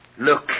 Look